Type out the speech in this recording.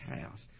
house